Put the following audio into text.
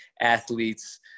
athletes